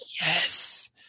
yes